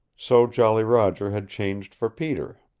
so jolly roger had changed for peter.